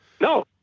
No